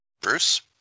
Bruce